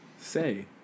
say